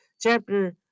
chapter